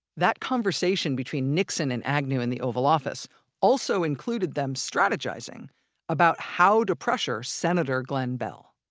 that conversation between nixon and agnew in the oval office also included them strategizing about how to pressure senator glenn beall